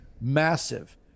massive